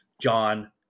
John